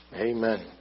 Amen